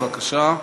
בבקשה,